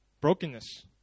brokenness